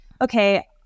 okay